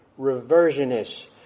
reversionist